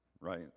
right